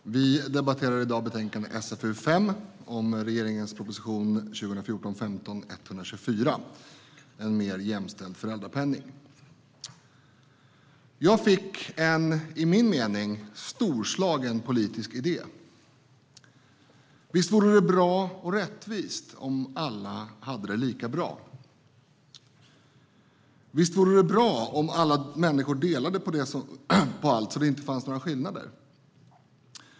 Herr talman! Vi debatterar i dag betänkande SfU5 om regeringens proposition 2014/15:124 En mer jämställd föräldrapenning . Jag fick en, i min mening, storslagen politisk idé. Visst vore det bra och rättvist om alla hade det lika bra? Visst vore det bra om alla människor delade på allt så att det inte fanns några skillnader?